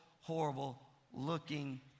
horrible-looking